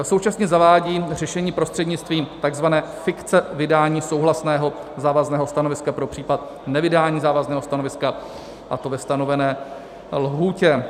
Současně zavádí řešení prostřednictvím tzv. fikce vydání souhlasného závazného stanoviska pro případ nevydání závazného stanoviska, a to ve stanovené lhůtě.